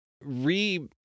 re